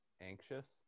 anxious